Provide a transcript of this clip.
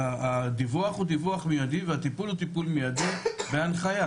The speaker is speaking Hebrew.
הדיווח הוא דיווח מידי והטיפול הוא טיפול מידי בהנחיה.